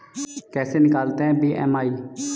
कैसे निकालते हैं बी.एम.आई?